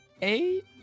eight